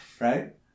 Right